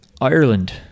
Ireland